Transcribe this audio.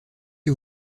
que